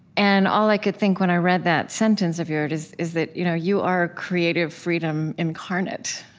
and all i could think when i read that sentence of yours is is that you know you are creative freedom incarnate